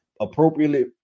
appropriately